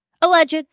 Alleged